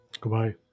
Goodbye